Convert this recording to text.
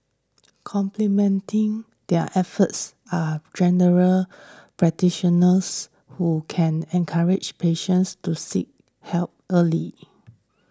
complementing their efforts are General Practitioners who can encourage patients to seek help early